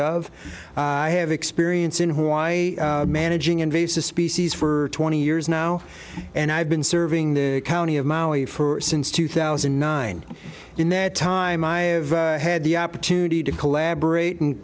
of i have experience in who i managing invasive species for twenty years now and i've been serving the county of maui for since two thousand and nine in that time i have had the opportunity to collaborate and